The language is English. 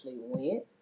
went